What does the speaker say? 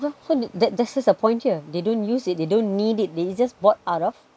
what for that that's the point here they don't use it they don't need it they just bought out of